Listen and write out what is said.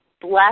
bless